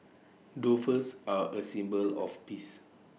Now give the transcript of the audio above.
doves are A symbol of peace